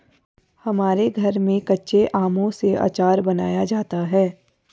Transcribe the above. हमारे घर में कच्चे आमों से आचार बनाया जाता है